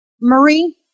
Marie